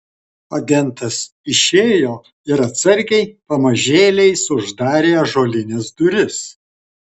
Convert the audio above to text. agentas išėjo ir atsargiai pamažėliais uždarė ąžuolines duris